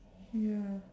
ya